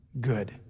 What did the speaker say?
Good